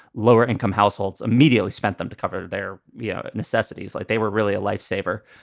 lower income households immediately spent them to cover their yeah necessities like they were really a life saver.